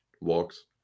walks